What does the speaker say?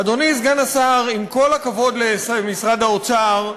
אדוני סגן השר, עם כל הכבוד למשרד האוצר,